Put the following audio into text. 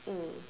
mm